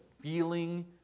feeling